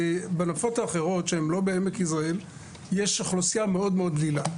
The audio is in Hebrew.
בנפות אחרות שהן לא בעמק יזרעאל יש אוכלוסייה מאוד מאוד דלילה,